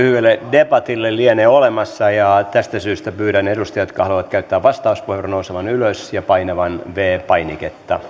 debatille lienee olemassa ja tästä syystä pyydän edustajia jotka haluavat käyttää vastauspuheenvuoron nousemaan ylös ja painamaan viides painiketta